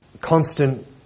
constant